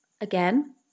again